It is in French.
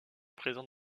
présents